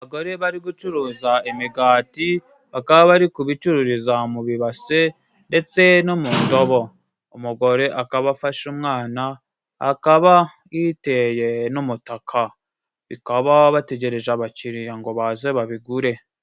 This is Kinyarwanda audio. Abagore bari gucuruza imigati bakaba bari kubi bicururiza mu bibase ndetse no mu ndobo umugore akaba afashe umwana akaba yiteye n'umutaka bikaba bategereje abakiriya ngo baze babigure.